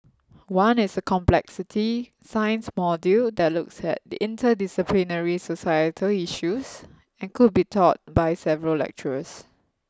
one is a complexity science module that looks at interdisciplinary societal issues and could be taught by several lecturers